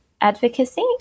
advocacy